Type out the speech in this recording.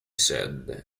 said